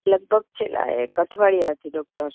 લગભગ છેલ્લા એક અઠવાડિયાથી ડોક્ટર